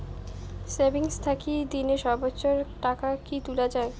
Savings থাকি দিনে সর্বোচ্চ টাকা কি তুলা য়ায়?